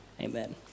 amen